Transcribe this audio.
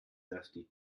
dusty